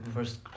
First